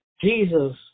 Jesus